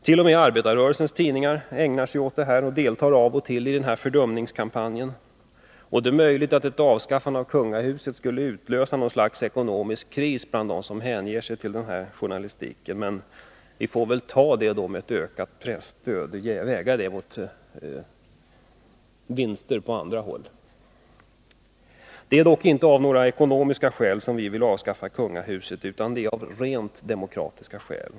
T. o. m. arbetarrörelsens tidningar deltar av och till i denna fördumningskampanj. Det är möjligt att ett avskaffande av kungahuset skulle utlösa någon slags ekonomisk kris bland de tidningar som hänger sig åt denna journalistik, men vi får väl hjälpa dem genom ett ökat presstöd och väga detta mot vinster på andra håll. Det är dock inte av ekonomiska skäl som vi vill avskaffa kungahuset utan av rent demokratiska skäl.